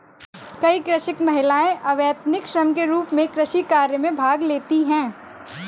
कई कृषक महिलाएं अवैतनिक श्रम के रूप में कृषि कार्य में भाग लेती हैं